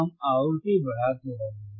इसलिए हम आवृत्ति बढ़ाते रहेंगे